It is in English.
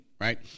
right